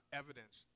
evidence